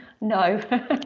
No